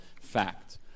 fact